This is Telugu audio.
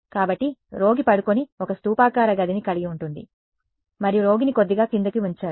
కాబట్టి రోగి పడుకుని ఒక స్థూపాకార గదిని కలిగి ఉంటుంది మరియు రోగిని కొద్దిగా క్రిందికి ఉంచారు